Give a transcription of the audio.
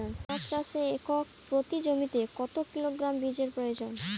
পেঁয়াজ চাষে একর প্রতি জমিতে কত কিলোগ্রাম বীজের প্রয়োজন?